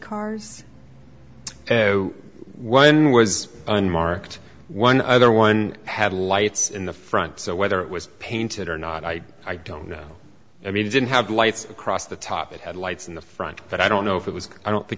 cars one was unmarked one other one had lights in the front so whether it was painted or not i i don't know i mean it didn't have lights across the top it had lights in the front but i don't know if it was i don't think